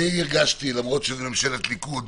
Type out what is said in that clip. אני הרגשתי, למרות שזאת ממשלת ליכוד,